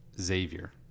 xavier